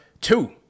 two